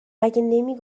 نمی